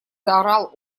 заорал